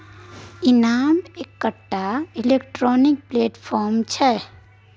इनाम एकटा electronic platform छै